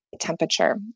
temperature